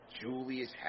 Julius